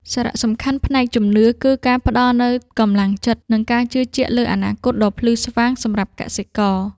សារៈសំខាន់ផ្នែកជំនឿគឺការផ្ដល់នូវកម្លាំងចិត្ត និងការជឿជាក់លើអនាគតដ៏ភ្លឺស្វាងសម្រាប់កសិករ។